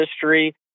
history